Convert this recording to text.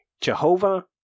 Jehovah